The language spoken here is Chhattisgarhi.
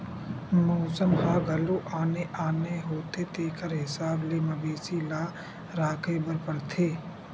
मउसम ह घलो आने आने होथे तेखर हिसाब ले मवेशी ल राखे बर परथे